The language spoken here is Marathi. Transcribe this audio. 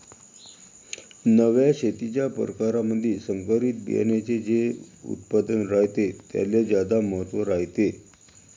नव्या शेतीच्या परकारामंधी संकरित बियान्याचे जे उत्पादन रायते त्याले ज्यादा महत्त्व रायते